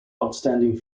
outstanding